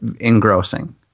engrossing